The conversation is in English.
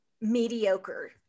mediocre